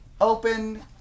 Open